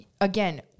again